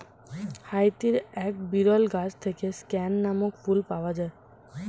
হাইতির এক বিরল গাছ থেকে স্ক্যান নামক ফুল পাওয়া যায়